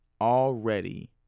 already